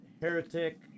heretic